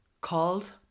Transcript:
called